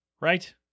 right